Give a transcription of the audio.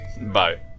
bye